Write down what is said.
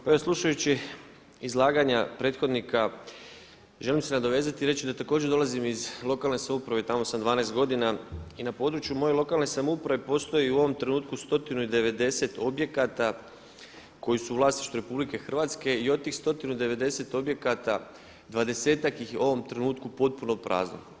Pa evo slušajući izlaganja prethodnika želim se nadovezati da također dolazim iz lokalne samouprave i tamo sam 12 godina i na području moje lokalne samouprave postoji u ovom trenutku 190 objekata koji su u vlasništvu RH i od tih 190 objekata dvadesetak ih je u ovom trenutku potpuno prazno.